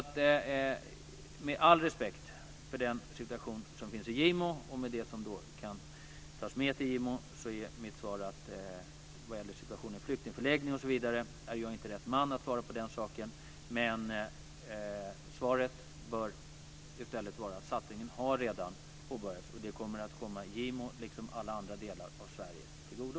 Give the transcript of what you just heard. Med all respekt för den situation som finns i Gimo är mitt svar vad gäller situationen för flyktingförläggningen osv. att jag inte är rätt man att svara på frågan. Svaret bör i stället vara att satsningen redan påbörjats, och det kommer att komma Gimo liksom alla andra delar av Sverige till godo.